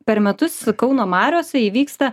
per metus kauno mariose įvyksta